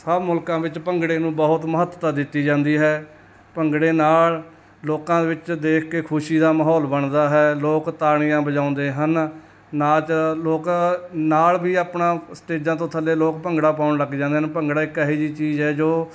ਸਭ ਮੁਲਕਾਂ ਵਿੱਚ ਭੰਗੜੇ ਨੂੰ ਬਹੁਤ ਮਹੱਤਤਾ ਦਿੱਤੀ ਜਾਂਦੀ ਹੈ ਭੰਗੜੇ ਨਾਲ ਲੋਕਾਂ ਵਿੱਚ ਦੇਖ ਕੇ ਖੁਸ਼ੀ ਦਾ ਮਾਹੌਲ ਬਣਦਾ ਹੈ ਲੋਕ ਤਾੜੀਆਂ ਵਜਾਉਂਦੇ ਹਨ ਨਾਚ ਲੋਕ ਨਾਲ ਵੀ ਆਪਣਾ ਸਟੇਜਾਂ ਤੋਂ ਥੱਲੇ ਲੋਕ ਭੰਗੜਾ ਪਾਉਣ ਲੱਗ ਜਾਂਦੇ ਹਨ ਭੰਗੜਾ ਇੱਕ ਇਹੋ ਜਿਹੀ ਚੀਜ਼ ਹੈ ਜੋ